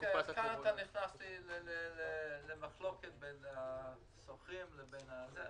כאן אתה נכנס למחלוקת בין השוכרים למשכירים.